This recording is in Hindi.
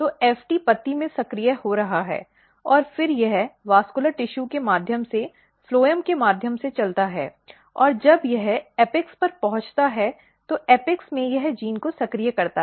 तो FT पत्ती में सक्रिय हो रहा है और फिर यह वास्कुलर ऊतक के माध्यम से फ्लोएम के माध्यम से चलता है और जब यह एपेक्स पर पहुंचता है तो एपेक्स में यह जीन को सक्रिय करता है